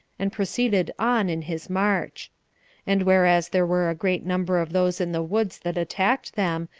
and proceeded on in his march and whereas there were a great number of those in the woods that attacked them,